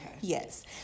yes